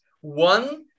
One